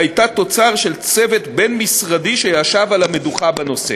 שהייתה תוצר של צוות בין-משרדי שישב על המדוכה בנושא.